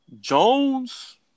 Jones